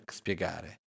spiegare